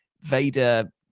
Vader